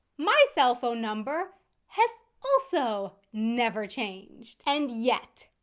my cell phone number has also never changed. and yet,